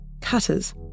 Cutters